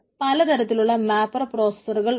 പലതരത്തിലുള്ള മാപ്പർ പ്രോസസറുകൾ ഉണ്ട്